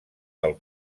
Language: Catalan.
del